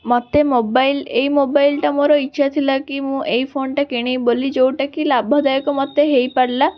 ମୋତେ ମୋବାଇଲ ଏଇ ମୋବାଇଲ ଟା ମୋର ଇଚ୍ଛା ଥିଲା କି ମୁଁ ଏଇ ଫୋନଟା କିଣିବି ବୋଲି ଯେଉଁଟାକି ଲାଭଦାୟକ ମୋତେ ହେଇପାରିଲା